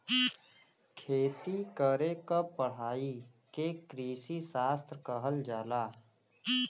खेती करे क पढ़ाई के कृषिशास्त्र कहल जाला